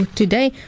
today